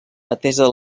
atesa